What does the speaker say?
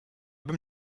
bym